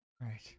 Right